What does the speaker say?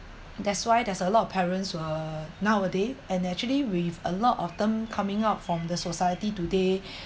that's why there's a lot of parents were nowadays and actually with a lot of them coming out from the society today